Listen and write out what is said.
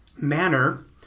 manner